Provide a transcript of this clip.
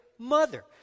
mother